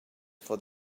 for